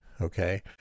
Okay